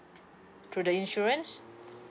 through the insurance